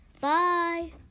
bye